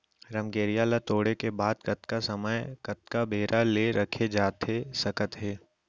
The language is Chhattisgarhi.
रमकेरिया ला तोड़े के बाद कतका समय कतका बेरा ले रखे जाथे सकत हे?